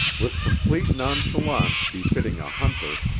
with complete nonchalance befitting a hunter,